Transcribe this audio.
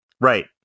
Right